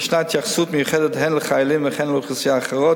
ישנה התייחסות מיוחדת הן לחיילים והן לאוכלוסיות אחרות